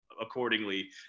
accordingly